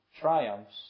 triumphs